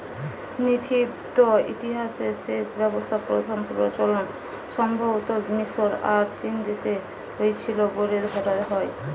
নথিবদ্ধ ইতিহাসে সেচ ব্যবস্থার প্রথম প্রচলন সম্ভবতঃ মিশর আর চীনদেশে হইছিল বলে ধরা হয়